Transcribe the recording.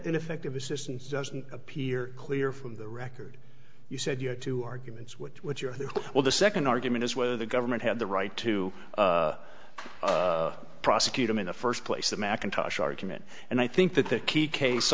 ineffective assistance doesn't appear clear from the record you said you had two arguments which what you're well the second argument is whether the government had the right to prosecute him in the first place the macintosh argument and i think that the key case